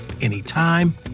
anytime